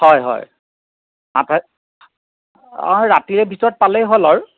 হয় হয় আঠাইছ ৰাতিৰ ভিতৰত পালেই হ'ল আৰু